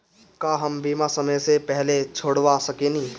का हम बीमा समय से पहले छोड़वा सकेनी?